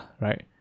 right